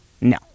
no